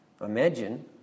Imagine